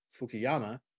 Fukuyama